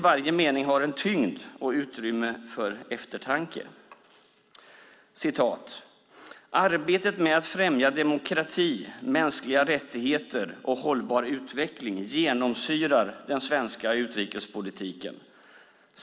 Varje mening har en tyngd och utrymme för eftertanke: "Arbetet med att främja demokrati, mänskliga rättigheter och hållbar utveckling genomsyrar den svenska utrikespolitiken.